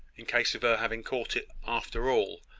in case of her having caught it, after all,